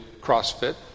CrossFit